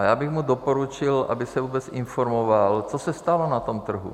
Já bych mu doporučil, aby se vůbec informoval, co se stalo na tom trhu.